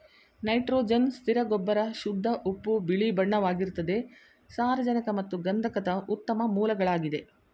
nitrogen ಸ್ಥಿರ ಗೊಬ್ಬರ ಶುದ್ಧ ಉಪ್ಪು ಬಿಳಿಬಣ್ಣವಾಗಿರ್ತದೆ ಸಾರಜನಕ ಮತ್ತು ಗಂಧಕದ ಉತ್ತಮ ಮೂಲಗಳಾಗಿದೆ